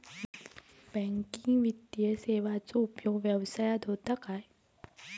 Banking वित्तीय सेवाचो उपयोग व्यवसायात होता काय?